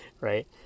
right